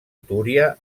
túria